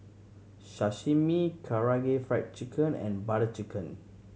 Sashimi Karaage Fried Chicken and Butter Chicken